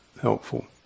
helpful